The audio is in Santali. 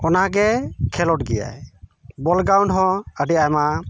ᱚᱱᱟ ᱜᱮ ᱠᱷᱮᱞᱳᱰ ᱜᱮᱭᱟᱭ ᱵᱚᱞ ᱜᱨᱟᱣᱩᱱᱰ ᱦᱚᱸ ᱟᱹᱰᱤ ᱟᱭᱢᱟ